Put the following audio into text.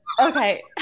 Okay